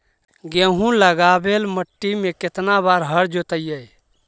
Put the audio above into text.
गेहूं लगावेल मट्टी में केतना बार हर जोतिइयै?